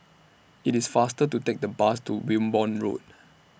IT IS faster to Take The Bus to Wimborne Road